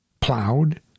plowed